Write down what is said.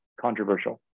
controversial